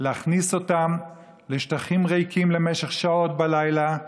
יכניסו אותם לשטחים ריקים למשך שעות בלילה,